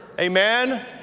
Amen